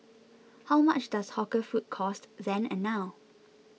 how much does hawker food cost then and now